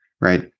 right